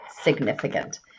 significant